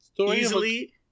easily